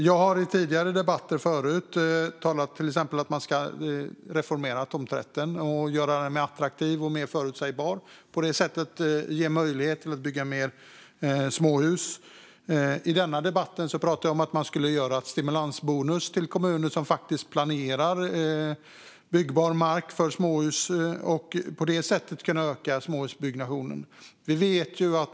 Jag har i tidigare debatter sagt att man ska reformera tomträtten för att göra den mer attraktiv och förutsägbar och på det sättet ge möjlighet att bygga fler småhus. I denna debatt pratade jag om att man skulle ge en stimulansbonus till de kommuner som planerar byggbar mark för småhus och på det sättet kunna öka småhusbyggandet.